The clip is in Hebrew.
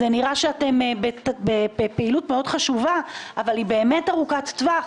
נראה שזאת פעילות חשובה, אבל באמת ארוכת טווח.